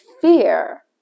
fear